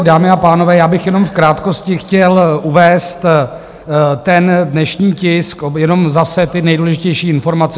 Dámy a pánové, já bych jenom v krátkosti chtěl uvést ten dnešní tisk, jenom zase nejdůležitější informace.